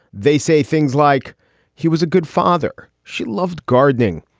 they say things like he was a good father. she loved gardening.